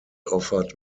offered